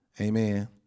Amen